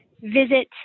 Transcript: visit